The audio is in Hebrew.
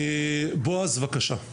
בעז, בבקשה.